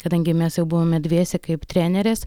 kadangi mes jau buvome dviese kaip trenerės